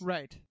Right